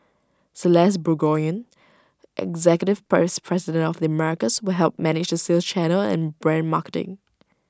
celeste Burgoyne executive price president of the Americas will help manage the sales channel and brand marketing